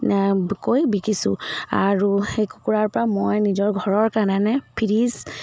কৈ বিকিছোঁ আৰু সেই কুকুৰাৰ পৰা মই নিজৰ ঘৰৰ কাৰণে ফ্ৰীজ